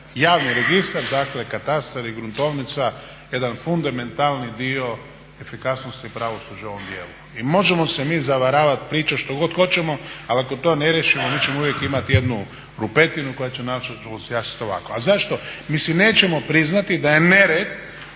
javni registar dakle katastar i gruntovnica jedan fundamentalni dio efikasnosti pravosuđa u ovom djelu. I možemo se mi zavaravati, pričat što god hoćemo ali ako to ne riješimo mi ćemo uvijek imati jednu rupetinu koja će načelno …/Govornik se ne razumije./… A zašto? Mi si nećemo priznati da je nered